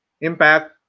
impact